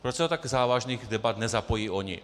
Proč se do tak závažných debat nezapojí oni?